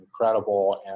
incredible